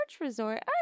resort